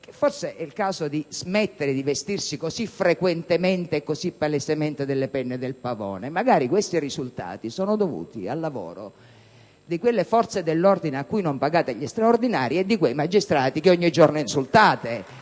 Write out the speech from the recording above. forse è il caso di smettere di vestire così frequentemente e così palesemente le penne del pavone. Magari questi risultati sono dovuti al lavoro di quelle forze dell'ordine a cui non pagate gli straordinari e di quei magistrati che ogni giorno insultate